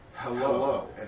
Hello